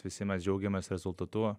visi mes džiaugiamės rezultatu